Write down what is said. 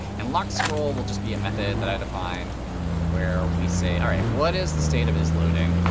and lock scroll will just be a method that i define where we say, all right, what is the state of is loading?